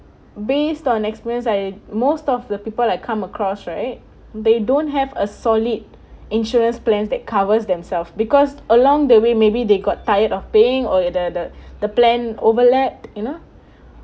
based on experience I most of the people I come across right they don't have a solid insurance plan that covers themself because along the way maybe they got tired of paying or the the the plan overlap you know